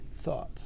thoughts